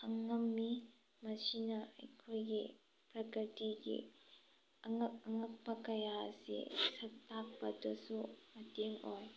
ꯈꯪꯉꯝꯃꯤ ꯃꯁꯤꯅ ꯑꯩꯈꯣꯏꯒꯤ ꯄ꯭ꯔꯀ꯭ꯔꯤꯇꯤꯒꯤ ꯑꯉꯛ ꯑꯉꯛꯄ ꯀꯌꯥ ꯑꯁꯤ ꯁꯛ ꯇꯥꯛꯄꯗꯁꯨ ꯃꯇꯦꯡ ꯑꯣꯏ